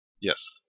Yes